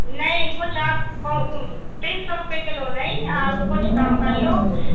नहीं कुछ आप तीन सौ रुपये किलो नहीं आप कुछ कम कर लो